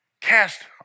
Cast